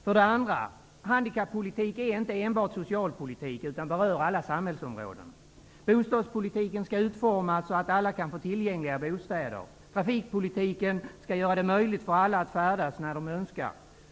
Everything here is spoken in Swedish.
För det andra: Handikappolitik är inte enbart socialpolitik utan berör alla samhällsområden. Bostadspolitiken skall utformas så, att alla kan få tillgängliga bostäder. Trafikpolitiken skall göra det möjligt för alla att färdas när de önskar.